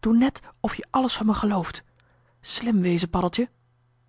doe net of je alles van me gelooft slim wezen paddeltje